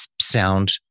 sound